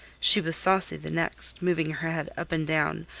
she was saucy the next, moving her head up and down,